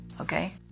okay